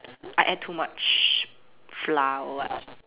I add to much flour or what